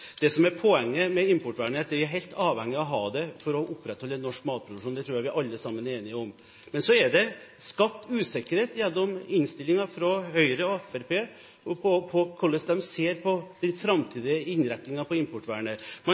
er poenget med importvernet, er at man er helt avhengig av å ha det for å opprettholde norsk matproduksjon. Det tror jeg vi alle sammen er enige om. Men så er det skapt usikkerhet i innstillingen fra Høyre og Fremskrittspartiet når det gjelder hvordan man ser på den framtidige innretningen på importvernet. Man